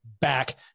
back